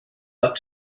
left